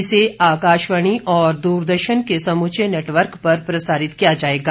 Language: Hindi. इसे आकाशवाणी और दूरदर्शन के समूचे नेटवर्क पर प्रसारित किया जायेगा